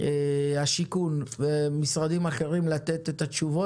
השיכון וממשרדים אחרים לתת תשובות.